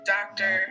Doctor